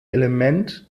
element